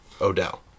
Odell